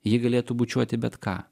ji galėtų bučiuoti bet ką